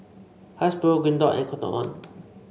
Hasbro Green Dot and Cotton On